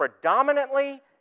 predominantly